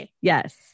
Yes